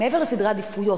מעבר לסדרי עדיפויות,